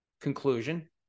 conclusion